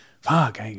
fuck